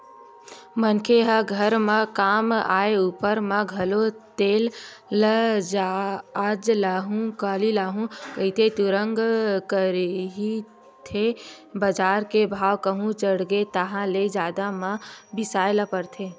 मनखे ह घर म काम आय ऊपर म घलो तेल ल आज लुहूँ काली लुहूँ कहिके तुंगत रहिथे बजार के भाव कहूं चढ़गे ताहले जादा म बिसाय ल परथे